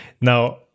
Now